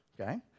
Okay